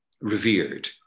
revered